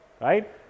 right